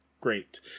great